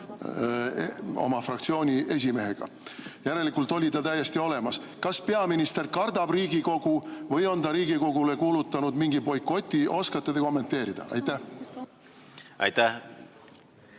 oma fraktsiooni esimehega. Järelikult oli ta täiesti olemas. Kas peaminister kardab Riigikogu või on ta Riigikogule kuulutanud mingi boikoti? Oskate te kommenteerida? Jah. Aitäh,